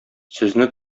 сезне